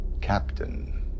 captain